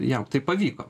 jam tai pavyko